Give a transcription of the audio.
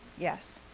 yes.